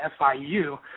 FIU